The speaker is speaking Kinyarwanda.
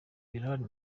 birahari